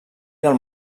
del